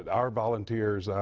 and our volunteers,